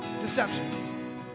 Deception